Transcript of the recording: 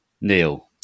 Neil